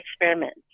experiments